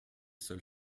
seule